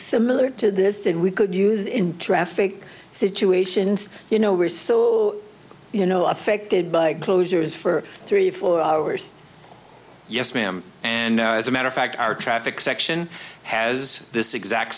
similar to this and we could use in traffic situations you know we're still you know affected by closures for three four hours yes ma'am and as a matter of fact our traffic section has this exact